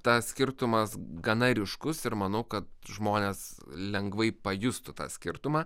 tas skirtumas gana ryškus ir manau kad žmonės lengvai pajustų tą skirtumą